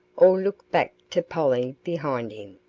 or looked back to polly behind him.